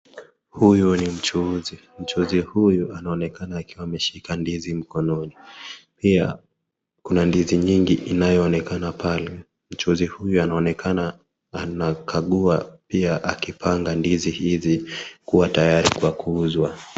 Huyu ni mchuuzi. Mchuuzi huyu anaonekana akiwa ameshika ndizi mkononi ,pia kuna ndizi nyingi inayoonekana pale, mchuuzi huyu anaonekana anakagua ,pia akipanga ndizi hizi kuwa tayari kwa kuuzwa.